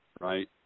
right